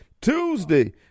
Tuesday